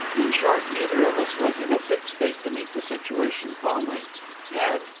in short, neither of us was in a fit state to meet the situation calmly and,